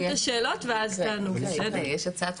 רגע, תנו לי לסיים את השאלות ואז תענו, בסדר?